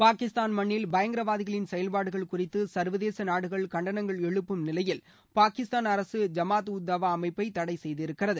பாகிஸ்தான் மண்ணில் பயங்கரவாதிகளின் செயல்பாடுகள் குறித்து சர்வதேச நாடுகள் கண்டனங்கள் எழுப்பும் நிலையில் பாகிஸ்தான் அரசு ஜமாத் உத் தவா அமைப்பை தடை செய்திருக்கிறது